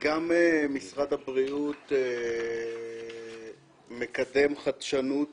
גם משרד הבריאות מקדם חדשנות,